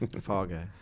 Fargo